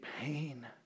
pain